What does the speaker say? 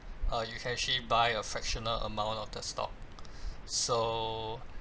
uh you can actually buy a fractional amount of the stock so